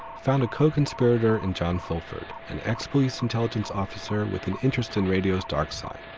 found a co-conspirator in john fulford, an ex-police intelligence officer with an interest in radio's dark side.